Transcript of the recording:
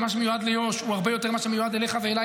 ומה שמיועד ליו"ש הוא הרבה יותר ממה שמיועד אליך ואליי,